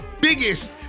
biggest